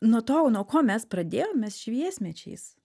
nuo to nuo ko mes pradėjom mes šviesmečiais